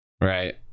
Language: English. Right